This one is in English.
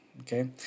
Okay